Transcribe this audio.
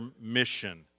mission